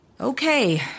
Okay